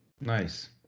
Nice